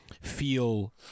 feel